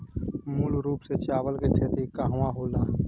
मूल रूप से चावल के खेती कहवा कहा होला?